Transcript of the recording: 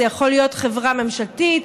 זו יכולה להיות חברה ממשלתית,